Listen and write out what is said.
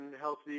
healthy